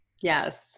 Yes